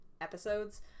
episodes